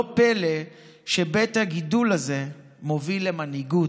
לא פלא שבית הגידול הזה מוביל למנהיגות,